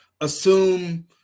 assume